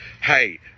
hey